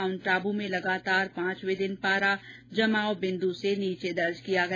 mount Abu में लगातार पांचवे दिन पारा जमाव बिन्दु से नीचे दर्ज किया गया